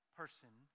person